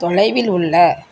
தொலைவில் உள்ள